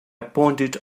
pointed